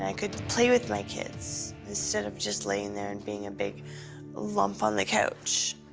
and could play with my kids instead of just laying there and being a big lump on the couch.